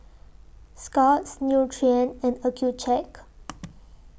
Scott's Nutren and Accucheck